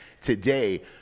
today